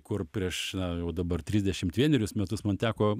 kur prieš na jau dabar trisdešimt vienerius metus man teko